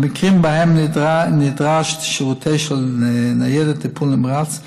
במקרים שבהם נדרש שירות של ניידת טיפול נמרץ,